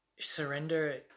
Surrender